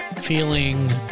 feeling